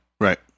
Right